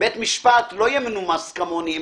בית משפט לא יהיה מנומס כמוני,